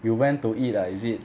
you went to eat ah is it